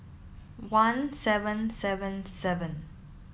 one seven seven seven